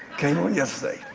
came on yesterday.